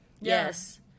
Yes